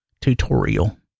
tutorial